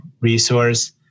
resource